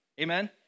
Amen